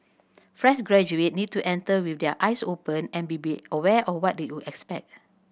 fresh graduate need to enter with their eyes open and be be aware of what they will expect